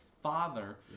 father